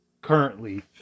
Currently